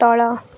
ତଳ